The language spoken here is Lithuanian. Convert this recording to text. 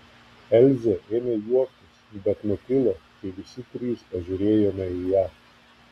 elzė ėmė juoktis bet nutilo kai visi trys pažiūrėjome į ją